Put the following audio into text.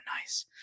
nice